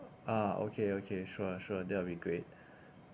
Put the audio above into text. ah okay okay sure sure that will be great